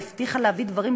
והבטיחה להביא דברים,